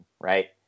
right